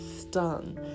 stung